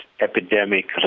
epidemic